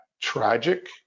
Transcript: tragic